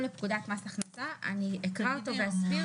פקודת מס הכנסה בעמוד 6. אני אקרא אותו ואסביר.